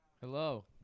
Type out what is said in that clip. Hello